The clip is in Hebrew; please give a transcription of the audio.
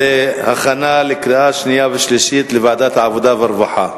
2010, לוועדת העבודה, הרווחה